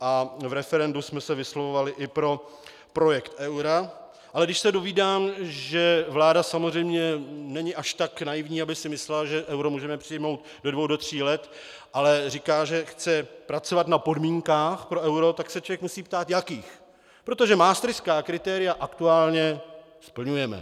a v referendu jsme se vyslovovali i pro projekt eura, ale když se dovídám, že vláda samozřejmě není až tak naivní, aby si myslela, že euro můžeme přijmout do dvou, do tří let, ale říká, že chce pracovat na podmínkách pro euro, tak se člověk musí ptát jakých, protože maastrichtská kritéria aktuálně splňujeme.